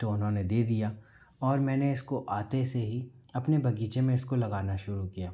तो उन्होंने दे दिया और मैंने इसको आते से ही अपने बगीचे में इसको लगाना शुरू किया